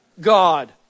God